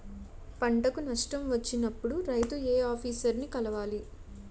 పంటకు నష్టం వచ్చినప్పుడు రైతు ఏ ఆఫీసర్ ని కలవాలి?